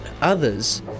others